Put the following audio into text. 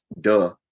duh